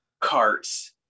carts